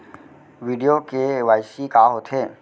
video KYC का होथे